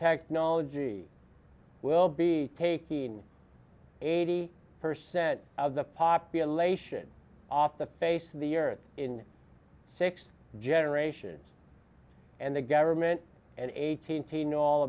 technology will be taking eighty percent of the population off the face of the earth in six generations and the government and eighteen t know all